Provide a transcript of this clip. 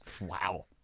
Wow